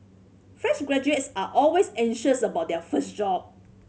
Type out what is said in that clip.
fresh graduates are always anxious about their first job